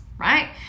Right